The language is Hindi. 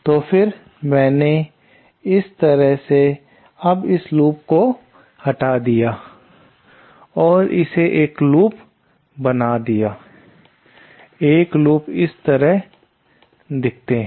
तो फिर मैंने इस तरह से अब इस लूप को हटा दिया है और इसे एक लूप बना दिया है एक लूप इस तरह दिखते हैं